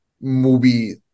movie